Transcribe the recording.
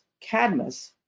Cadmus